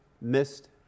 missed